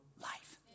life